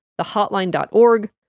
thehotline.org